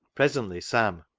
presently sam,